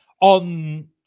on